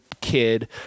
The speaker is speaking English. kid